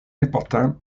important